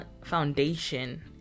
foundation